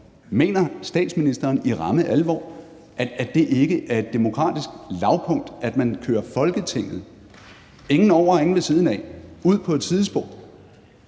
Mener statsministeren i ramme alvor, at det ikke er et demokratisk lavpunkt, at man kører Folketinget – ingen over og ingen ved siden af – ud på et sidespor?